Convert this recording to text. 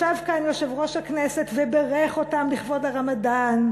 ישב כאן יושב-ראש הכנסת ובירך אותם לכבוד הרמדאן.